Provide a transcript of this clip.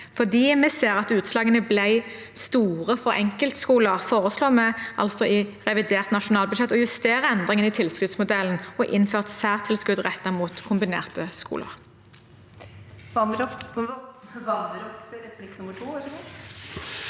vi ser at utslagene ble store for enkeltskoler, foreslår vi i revidert nasjonalbudsjett å justere endringen i tilskuddsmodellen og innføre et særtilskudd rettet mot kombinerte skoler.